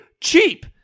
cheap